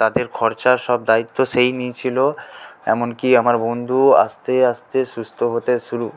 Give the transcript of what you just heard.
তাদের খরচা সব দায়িত্ব সেই নিয়েছিল এমন কি আমার বন্ধু আস্তে আস্তে সুস্থ হতে শুরু